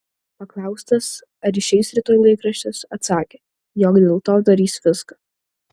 paklaustas ar išeis rytoj laikraštis atsakė jog dėl to darys viską